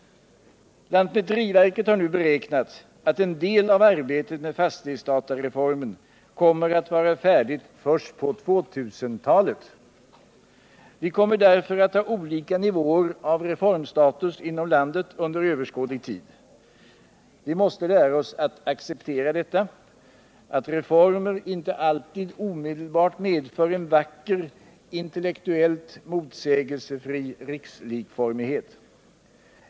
Lantmäteriverket har nu beräknat att en del av arbetet med fastighetsdatareformen kommer att vara färdigt först på 2000-talet. Vi kommer därför att ha olika nivåer av reformstatus inom landet under överskådlig tid. Vi måste lära oss att acceptera detta, att reformer inte alltid omedelbart medför en vacker, intellektuellt motsägelsefri rikslikformighet.